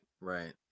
right